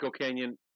Canyon